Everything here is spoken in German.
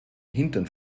hintern